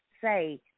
say